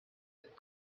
that